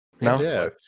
No